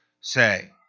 say